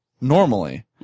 normally